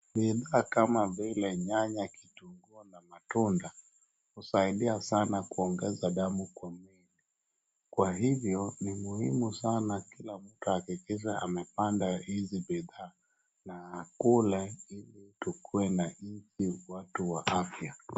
Mimea kama vile nyanya, kitungu na matunda husaidia sana kuongeza damu kwa mwili. Kwa hivyo ni muhimu sana kila mtu ahahakishe amepanda hizi bidhaa na akule ilitukuwe na nchi watu wa afya.